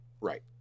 right